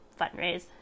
fundraise